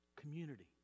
community